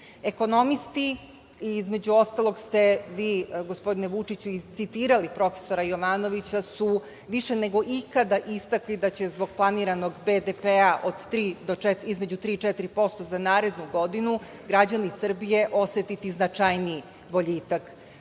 Ekonomisti, i između ostalog ste vi, gospodine Vučiću, i citirali profesora Jovanovića, su više nego ikada istakli da će zbog planiranog BDP između 3% i 4% za narednu godinu građani Srbije osetiti značajniji boljitak